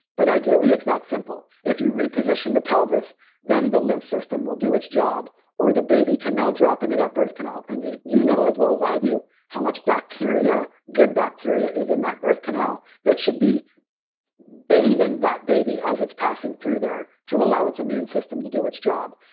but ideally, it's that simple. if you reposition the pelvis then the lymph system will do its job, or the baby can now drop into that birth canal. and you you know as well as i do how much bacteria, good bacteria, is in that birth canal, that should be bathing that baby as it's passing through there to allow its immune system to do its job.